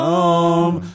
Home